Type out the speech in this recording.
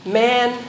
man